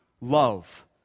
love